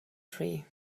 tree